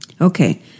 Okay